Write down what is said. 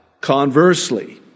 conversely